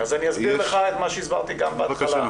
אז אני אסביר לך מה שהסברתי גם בהתחלה.